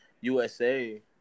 USA